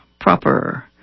proper